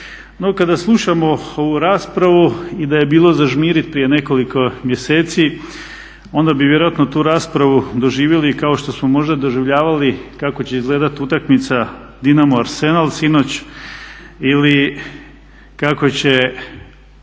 kada slušamo ovu raspravu i da je bilo zažmiriti prije nekoliko mjeseci onda bi vjerojatno tu raspravu doživjeli kao što smo možda doživljavali kako će izgledati utakmica Dinamo-Asenal sinoć ili kako će